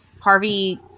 harvey